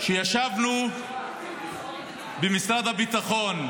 ישבנו במשרד הביטחון,